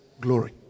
glory